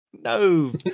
no